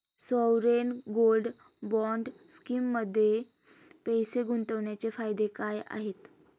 Sovereign gold bond स्कीममध्ये पैसे गुंतवण्याचे फायदे काय आहेत?